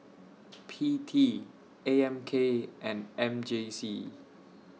P T A M K and M J C